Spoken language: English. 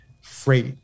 freight